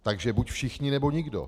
Takže buď všichni, nebo nikdo.